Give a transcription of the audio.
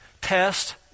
test